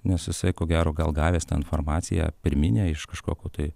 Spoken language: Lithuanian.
nes jisai ko gero gal gavęs tą informaciją pirminę iš kažkokio tai